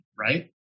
right